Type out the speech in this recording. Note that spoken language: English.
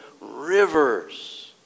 rivers